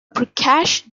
prakash